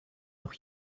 doch